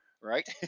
right